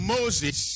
Moses